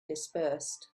dispersed